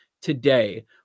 today